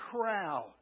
crowd